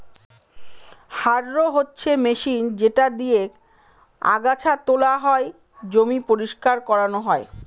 harrow হচ্ছে machine যেটা দিয়েক আগাছা তোলা হয়, জমি পরিষ্কার করানো হয়